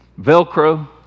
Velcro